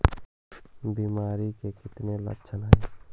बीमारी के कितने लक्षण हैं?